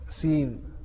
seen